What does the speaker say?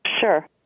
Sure